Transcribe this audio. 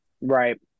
Right